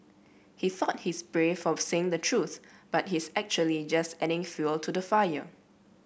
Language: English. he thought he's brave for saying the truth but he's actually just adding fuel to the fire